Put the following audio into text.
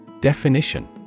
Definition